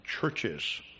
churches